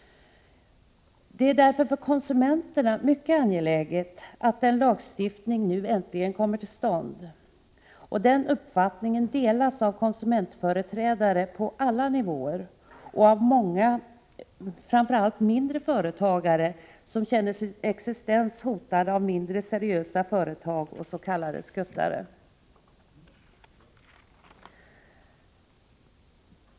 Det är därför för konsumenterna mycket angeläget att en lagstiftning nu äntligen kommer till stånd. Den uppfattningen delas av konsumentföreträdare på alla nivåer och av många, framför allt mindre företagare som känner sin existens hotad av mindre seriösa företag och s.k. skuttare.